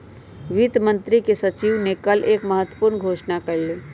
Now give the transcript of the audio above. वित्त मंत्री के सचिव ने कल एक महत्वपूर्ण घोषणा कइलय